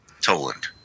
Toland